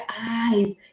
eyes